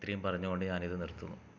ഇത്രയും പറഞ്ഞു കൊണ്ട് ഞാനിത് നിർത്തുന്നു